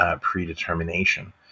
predetermination